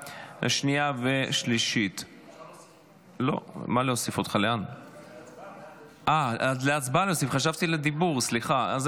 בעד, 14. אין